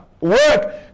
Work